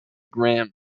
graham